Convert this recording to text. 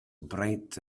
bright